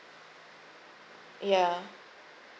ya